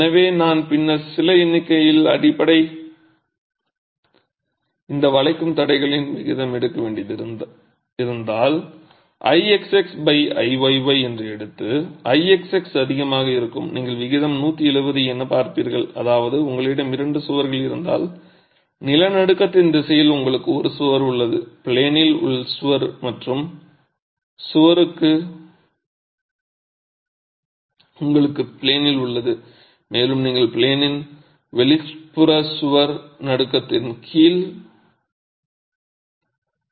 எனவே நான் பின்னர் சில எண்ணிக்கையில் அடைப்பை இந்த வளைக்கும் தடைகளின் விகிதம் எடுக்க வேண்டியிருந்தால் எனில் I x x I y y என்று எடுத்து I x x அதிகமாக இருக்கும் நீங்கள் விகிதம் 170 என பார்ப்பீர்கள் அதாவது உங்களிடம் இரண்டு சுவர்கள் இருந்தால் நிலநடுக்கத்தின் திசையில் உங்களுக்கு ஒரு சுவர் உள்ளது ப்ளேனின் உள் சுவர் மற்றும் மற்றொரு சுவர் உங்களுக்கு ப்ளேனில் உள்ளது மேலும் நீங்கள் ப்ளேனின் வெளிப்புறச் சுவர் நடுக்கத்தின் கீழ் உள்ளது